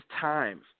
time